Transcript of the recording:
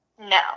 No